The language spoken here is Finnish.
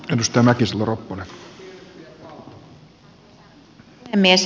arvoisa herra puhemies